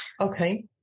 Okay